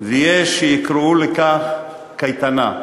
ויש שיקראו לכך קייטנה.